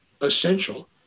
essential